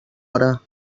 hora